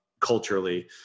Culturally